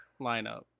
lineup